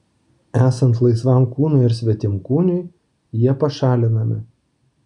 esant laisvam kūnui ar svetimkūniui jie pašalinami